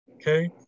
Okay